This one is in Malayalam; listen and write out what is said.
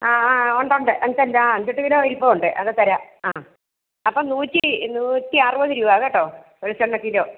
ആ ആ ഉണ്ട് ഉണ്ട് അഞ്ച് അല്ല അഞ്ച് എട്ട് കിലോ ഇരിപ്പുണ്ട് അത് തരാം ആ അപ്പം നൂറ്റി നൂറ്റി അറുപത് രൂപ കേട്ടോ വെളിച്ചെണ്ണ കിലോ